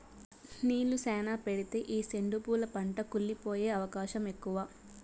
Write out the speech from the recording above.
నీళ్ళు శ్యానా పెడితే ఈ సెండు పూల పంట కుళ్లి పోయే అవకాశం ఎక్కువ